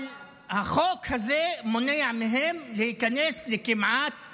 אבל החוק הזה מונע מהם להיכנס לכמעט